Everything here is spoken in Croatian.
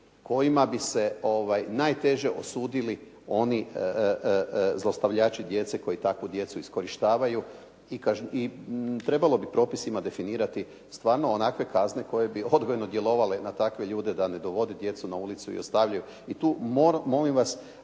kojima bi se najteže osudili oni zlostavljači djece koji takvu djecu iskorištavaju. I trebalo bi propisima definirati stvarno onakve kazne koje bi odgojno djelovale na takve ljude da ne dovode djecu na ulicu i ostavljaju.